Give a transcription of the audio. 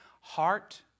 heart